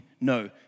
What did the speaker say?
No